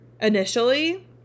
initially